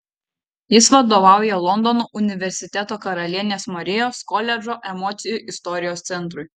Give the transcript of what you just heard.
jis vadovauja londono universiteto karalienės marijos koledžo emocijų istorijos centrui